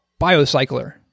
BioCycler